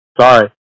Sorry